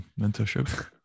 mentorship